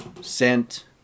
sent